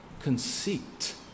conceit